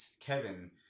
Kevin